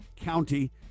county